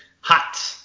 hot